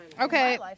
Okay